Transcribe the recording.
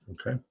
Okay